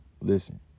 listen